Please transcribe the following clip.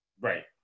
Right